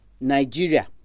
nigeria